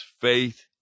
faith